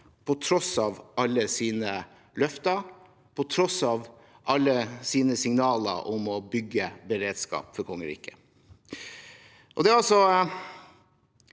på tross av alle sine løfter, på tross av alle sine signaler om å bygge beredskap for kongeriket. Når man ser